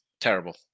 Terrible